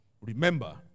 Remember